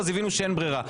הבינו שאין ברירה.